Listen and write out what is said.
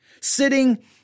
sitting